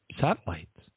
satellites